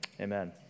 Amen